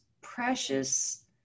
precious